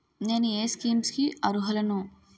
నేను ఏ స్కీమ్స్ కి అరుహులను?